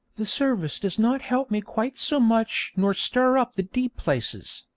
the service does not help me quite so much nor stir up the deep places,